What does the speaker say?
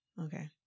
okay